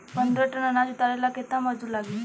पन्द्रह टन अनाज उतारे ला केतना मजदूर लागी?